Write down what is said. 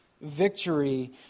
victory